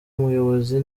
muyobozi